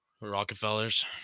Rockefellers